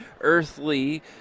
earthly